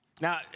Now